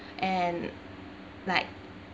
and like